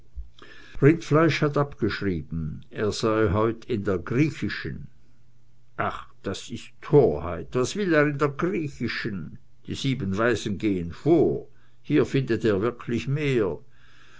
rindfleisch hat abgeschrieben er sei heut in der griechischen ach das ist torheit was will er in der griechischen die sieben waisen gehen vor er findet hier wirklich mehr